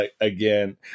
again